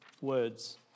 words